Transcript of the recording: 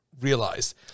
realized